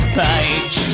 page